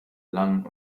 lang